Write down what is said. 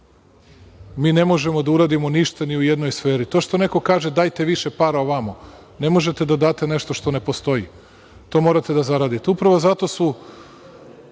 mi ne možemo da uradimo ništa ni u jednoj sferi. To što neko kaže - dajte više para ovamo, ne možete da date nešto što ne postoji, to morate da zaradite. Upravo zato su